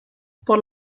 por